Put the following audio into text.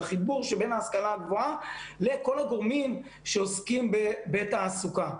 בחיבור שבין ההשכלה הגבוהה לכל הגורמים שעוסקים בתעסוקה.